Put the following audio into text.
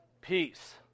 peace